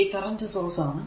ഇത് current source ആണ്